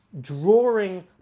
drawing